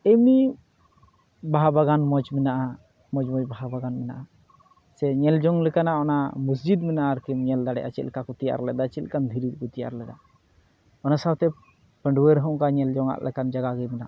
ᱮᱢᱱᱤ ᱵᱟᱦᱟ ᱵᱟᱜᱟᱱ ᱢᱚᱡᱽ ᱢᱮᱱᱟᱜᱼᱟ ᱢᱚᱡᱽ ᱢᱚᱡᱽ ᱵᱟᱦᱟ ᱵᱟᱜᱟᱱ ᱢᱮᱱᱟᱜᱼᱟ ᱥᱮ ᱧᱮᱞᱡᱚᱝ ᱞᱮᱠᱟᱱᱟᱜ ᱚᱱᱟ ᱢᱚᱥᱡᱤᱫᱽ ᱢᱮᱱᱟᱜᱼᱟ ᱟᱨᱠᱤᱢ ᱧᱮᱞ ᱫᱟᱲᱮᱜᱼᱟ ᱪᱮᱫᱞᱮᱠᱟᱠᱚ ᱛᱮᱭᱟᱨ ᱞᱮᱫᱟ ᱪᱮᱫᱞᱮᱠᱟᱱ ᱫᱷᱤᱨᱤᱛᱮᱠᱚ ᱛᱮᱭᱟᱨ ᱞᱮᱫᱟ ᱚᱱᱟ ᱥᱟᱶᱛᱮ ᱯᱟᱺᱰᱩᱣᱟᱹ ᱨᱮᱦᱚᱸ ᱚᱱᱠᱟ ᱧᱮᱞᱡᱚᱝᱟᱜ ᱞᱮᱠᱟᱱ ᱡᱟᱜᱟᱜᱮ ᱢᱮᱱᱟᱜᱼᱟ